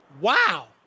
Wow